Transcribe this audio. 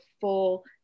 full